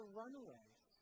runaways